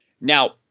Now